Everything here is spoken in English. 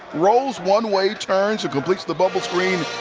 throws one way, turns, completes the bubble screen.